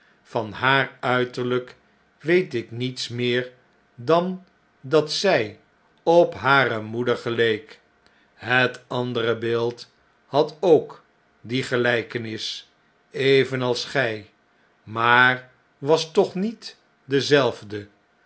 van haar uiterlyk weet ik niets meer dan dat zij op hare moeder geleek het andere beeld had ook die gelykenis evenals gij maar was toch niet dezelfde